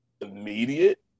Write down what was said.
immediate